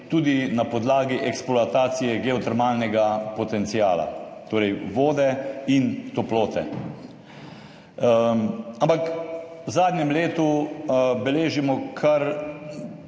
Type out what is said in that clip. tudi na podlagi eksploatacije geotermalnega potenciala, torej vode in toplote, ampak v zadnjem letu beležimo kar